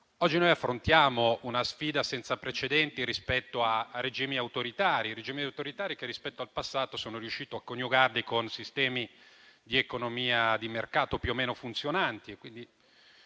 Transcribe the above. Oggi noi affrontiamo una sfida senza precedenti rispetto a regimi autoritari che, rispetto al passato, sono riusciti a coniugarsi con sistemi di economia di mercato più o meno funzionanti,